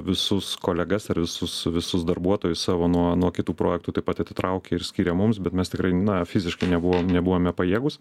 visus kolegas ar visus visus darbuotojus savo nuo nuo kitų projektų taip pat atitraukė ir skirė mums bet mes tikrai na fiziškai nebuvom nebuvome pajėgūs